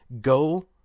Go